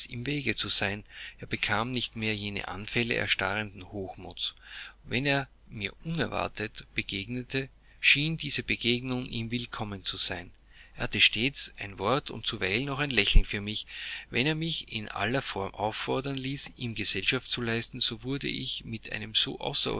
im wege zu sein er bekam nicht mehr jene anfälle erstarrenden hochmuts wenn er mir unerwartet begegnete schien diese begegnung ihm willkommen zu sein er hatte stets ein wort und zuweilen auch ein lächeln für mich wenn er mich in aller form auffordern ließ ihm gesellschaft zu leisten so wurde ich mit einem